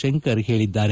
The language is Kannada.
ಶಂಕರ್ ಹೇಳಿದ್ದಾರೆ